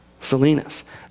Salinas